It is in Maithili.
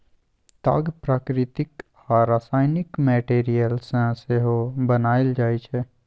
ताग प्राकृतिक आ रासायनिक मैटीरियल सँ सेहो बनाएल जाइ छै